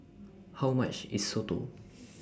How much IS Soto